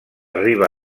riba